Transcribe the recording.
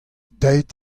deuet